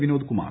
Vinod Kumar